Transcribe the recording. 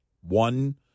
one